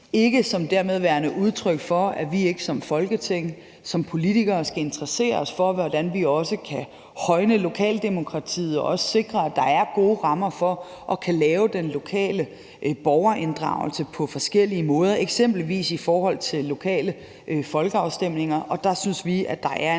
ikke ses som værende udtryk for, at vi ikke som Folketing og som politikere skal interessere os for, hvordan vi kan højne lokaldemokratiet og sikre, at der er gode rammer for, at man kan lave den lokale borgerinddragelse på forskellige måder, eksempelvis i forhold til lokale folkeafstemninger.